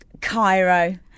Cairo